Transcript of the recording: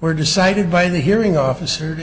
were decided by the hearing officer